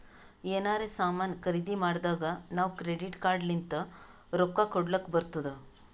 ಎನಾರೇ ಸಾಮಾನ್ ಖರ್ದಿ ಮಾಡ್ದಾಗ್ ನಾವ್ ಕ್ರೆಡಿಟ್ ಕಾರ್ಡ್ ಲಿಂತ್ ರೊಕ್ಕಾ ಕೊಡ್ಲಕ್ ಬರ್ತುದ್